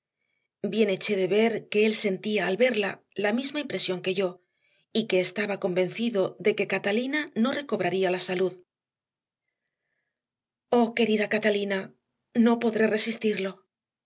bien eché de ver que él sentía al verla la misma impresión que yo y que estaba convencido de que catalina no recobraría la salud oh querida catalina no podré resistirlo